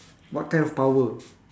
what kind of power